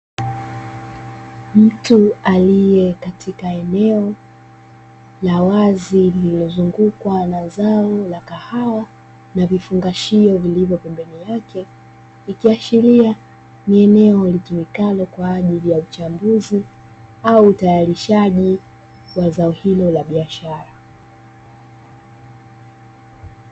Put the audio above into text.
Mtu aliye katika eneo la wazi, lililozungukwa na zao la kahawa na vifungashio vilivyo pembeni yake, ikiashiria ni eneo litumikalo kwa ajili ya uchambuzi au utayarishaji wa zao hilo la biashara.